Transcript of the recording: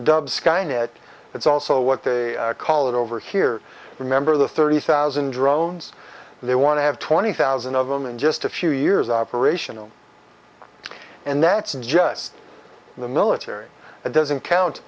dub skynet it's also what they call it over here remember the thirty thousand drones they want to have twenty thousand of them in just a few years operational and that's just the military that doesn't count